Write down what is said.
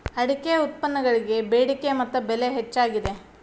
ಅಡಿಕೆ ಉತ್ಪನ್ನಗಳಿಗೆ ಬೆಡಿಕೆ ಮತ್ತ ಬೆಲೆ ಹೆಚ್ಚಾಗಿದೆ